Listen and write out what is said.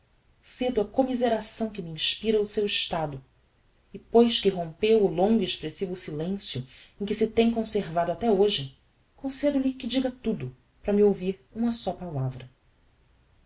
cedo á commiseração que me inspira o seu estado e pois que rompeu o longo e expressivo silencio em que se tem conservado até hoje concedo lhe que diga tudo para me ouvir uma só palavra